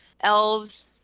elves